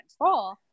control